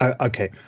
Okay